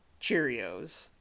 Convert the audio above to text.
Cheerios